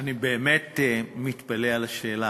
אני באמת מתפלא על השאלה,